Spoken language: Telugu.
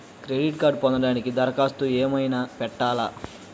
క్రెడిట్ కార్డ్ను పొందటానికి దరఖాస్తు ఏమయినా పెట్టాలా?